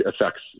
affects